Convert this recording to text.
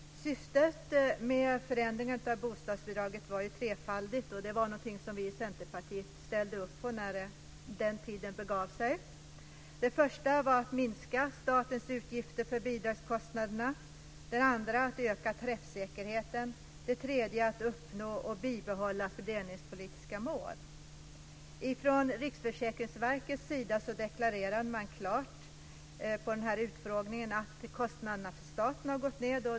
Syftet med förändringen av bostadsbidraget var ju trefaldigt, och det var någonting som vi i Centerpartiet ställde upp på när det begav sig. Det första var att minska statens utgifter för bidragskostnaderna, det andra att öka träffsäkerheten och det tredje att uppnå och bibehålla fördelningspolitiska mål. Från Riksförsäkringsverkets sida deklarerade man klart under den här utfrågningen att kostnaderna för staten har gått ned.